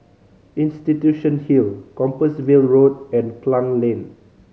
Institution Hill Compassvale Road and Klang Lane